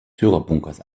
führerbunkers